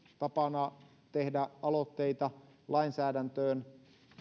tapana tehdä aloitteita lainsäädäntöön